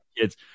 kids